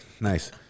nice